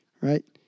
right